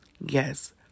Yes